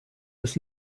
des